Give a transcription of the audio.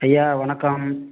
ஐயா வணக்கம்